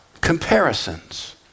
comparisons